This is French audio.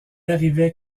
arrivait